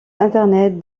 internet